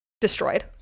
destroyed